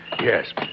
Yes